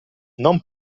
non